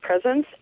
presence